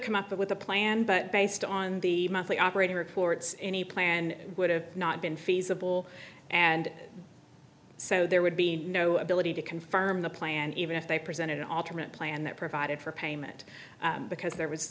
come up with a plan but based on the monthly operating reports any plan would have not been feasible and so there would be no ability to confirm the plan even if they presented an alternate plan that provided for payment because there was